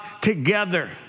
together